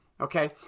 Okay